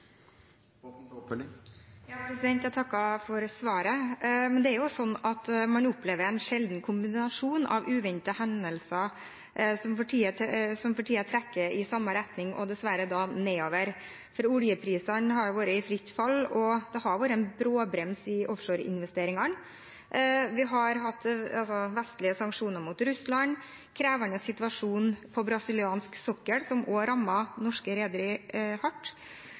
Jeg takker for svaret. Man opplever en sjelden kombinasjon av uventede hendelser som for tiden trekker i samme retning, og dessverre nedover. Oljeprisen har vært i fritt fall, det har vært en bråbrems i offshoreinvesteringene, vi har vestlige sanksjoner overfor Russland, og det er en krevende situasjon på brasiliansk sokkel, som også rammer norske rederier hardt.